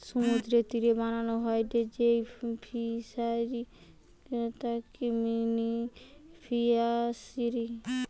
সমুদ্রের তীরে বানানো হয়ঢু যেই ফিশারি গুলা তাকে মেরিন ফিসারী বলতিচ্ছে